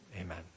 Amen